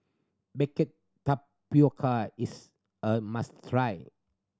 baked tapioca is a must try